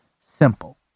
simple